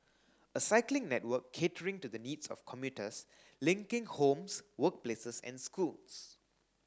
a cycling network catering to the needs of commuters linking homes workplaces and schools